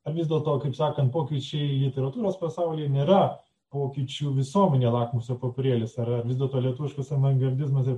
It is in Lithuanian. ar vis dėlto kaip sakant pokyčiai literatūros pasaulyje nėra pokyčių visuomenėje lakmuso popierėlis ar vis dėlto lietuviškas avangardizmas yra